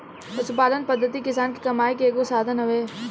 पशुपालन पद्धति किसान के कमाई के एगो साधन हवे